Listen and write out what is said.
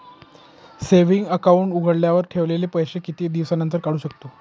Saving account उघडल्यावर ठेवलेले पैसे किती दिवसानंतर काढू शकतो?